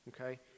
okay